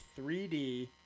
3D